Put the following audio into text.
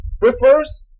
refers